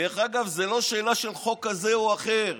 דרך אגב, זו לא שאלה של חוק כזה או אחר.